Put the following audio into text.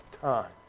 time